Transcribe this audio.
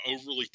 overly